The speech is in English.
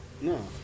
No